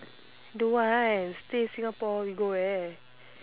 don't want stay in singapore we go where